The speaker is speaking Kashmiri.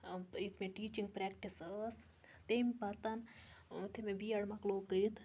یِتھ مےٚ ٹیٖچِنٛگ پرٛٮ۪کٹِس ٲس تَمہِ پَتَن یُتھُے مےٚ بی اٮ۪ڈ مۄکلوو کٔرِتھ